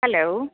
hello